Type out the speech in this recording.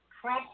Trump